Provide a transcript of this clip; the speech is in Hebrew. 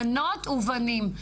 בנות ובנים.